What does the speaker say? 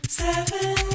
seven